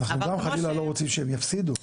אנחנו גם חלילה לא רוצים שהם יפסידו.